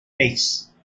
face